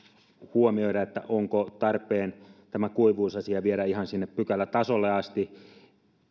huomioida onko tarpeen tämä kuivuusasia viedä ihan sinne pykälätasolle asti